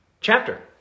chapter